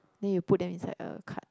then you put them inside a card